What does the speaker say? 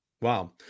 Wow